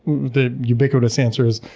the ubiquitous answer is,